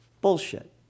Bullshit